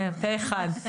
פה אחד.